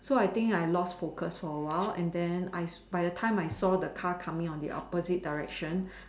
so I think I lost focus for a while and then I by the time I saw the car coming on the opposite direction